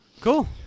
Cool